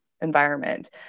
environment